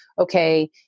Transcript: okay